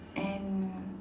and